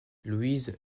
louise